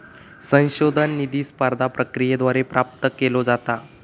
संशोधन निधी स्पर्धा प्रक्रियेद्वारे प्राप्त केलो जाता